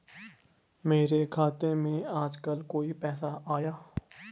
मेरे खाते में आजकल कोई पैसा आया?